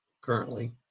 currently